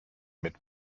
mit